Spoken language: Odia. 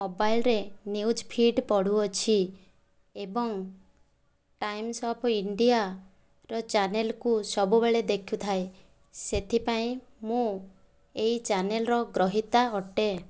ମୋବାଇଲରେ ନ୍ୟୁଜ ଫିଟ୍ ପଢ଼ୁଅଛି ଏବଂ ଟାଇମସ୍ ଅଫ୍ ଇଣ୍ଡିଆର ଚ୍ୟାନେଲକୁ ସବୁବେଳେ ଦେଖୁଥାଏ ସେଥିପାଇଁ ମୁଁ ଏହି ଚ୍ୟାନେଲର ଗ୍ରହୀତା ଅଟେ